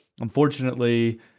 unfortunately